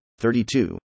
32